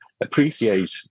appreciate